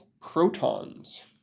protons